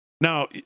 Now